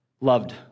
loved